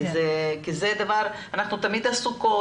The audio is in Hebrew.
אנחנו תמיד עסוקות,